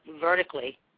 vertically